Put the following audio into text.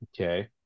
Okay